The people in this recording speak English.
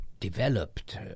Developed